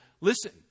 Listen